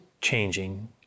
changing